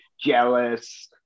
jealous